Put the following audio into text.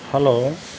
hello